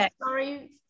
sorry